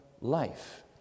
life